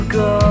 go